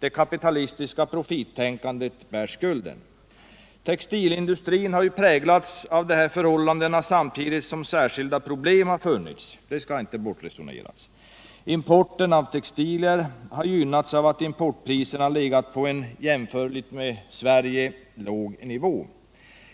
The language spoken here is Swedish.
Det kapitalistiska profittänkandet bär skulden. Textilindustrin har ju präglats av dessa förhållanden samtidigt som särskilda problem har funnits. Det skall inte bortresoneras. Importen av textilier har gynnats av att importpriserna legat på en jämfört med Sverige låg nivå.